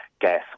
gas